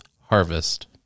Harvest